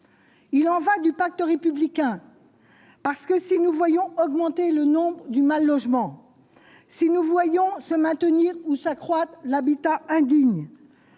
Il en va du pacte républicain, parce que si nous voyons augmenter le nom du mal-logement si nous voyons se maintenir ou s'accroître l'habitat indigne,